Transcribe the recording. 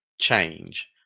change